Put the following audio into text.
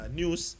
news